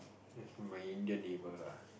with my Indian neighbor lah